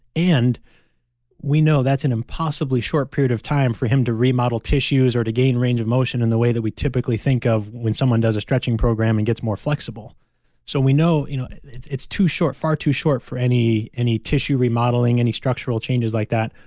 and we know that's an impossibly short period of time for him to remodel tissues, or to gain range of motion in the way that we typically think of when someone does a stretching program and gets more flexible so we know you know it's it's too short, far too short, for any any tissue remodeling, any structural changes like that.